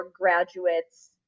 graduates